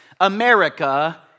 America